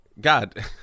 God